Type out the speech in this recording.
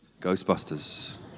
Ghostbusters